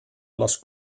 les